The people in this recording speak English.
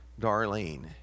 Darlene